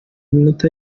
iminota